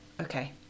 okay